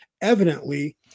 evidently